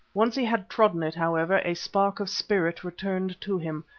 once he had trodden it, however, a spark of spirit returned to him,